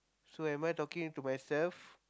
so am I talking to myself